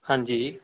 ਹਾਂਜੀ